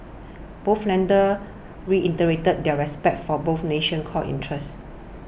both leaders reiterated their respect for both nation's core interests